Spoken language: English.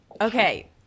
Okay